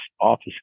office